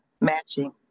matching